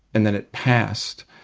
and then it passed.